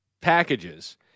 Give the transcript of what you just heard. packages